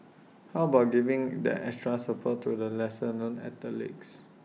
how about giving that extra support to the lesser known athletes